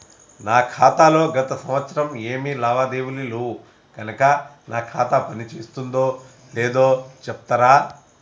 నా ఖాతా లో గత సంవత్సరం ఏమి లావాదేవీలు లేవు కనుక నా ఖాతా పని చేస్తుందో లేదో చెప్తరా?